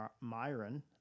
myron